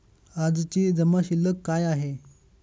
आजची जमा शिल्लक काय आहे?